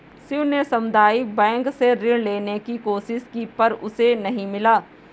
शिव ने सामुदायिक बैंक से ऋण लेने की कोशिश की पर उसे नही मिला